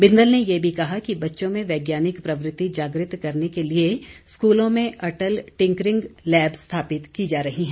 बिंदल ने यह भी कहा कि बच्चों में वैज्ञानिक प्रवृत्ति जागृत करने के लिए स्कूलों में अटल टिंकरिंग लैब स्थापित की जा रही है